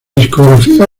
discografía